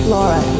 Laura